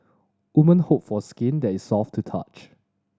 woman hope for skin that is soft to touch